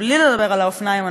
בלי לדבר על האופניים,